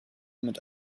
mit